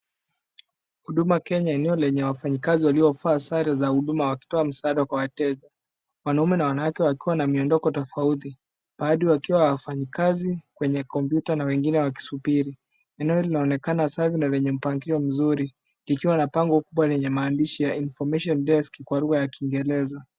Huduma Kenya eneo lenye wafanyikazi waliovaa sare za huduma wakitoa msaada kwa wateja. Wanaume na wanawake wakiwa na miondoko tofauti. Baadhi wakiwa wafanyikazi kwenye kompyuta na wengine wakisubiri. Eneo linaoeneka safi na lenye mpangilio mzuri likiwa na pango kubwa lenye maandishi ya Information desk kwa lugha ya kingereza.